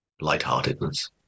lightheartedness